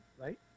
right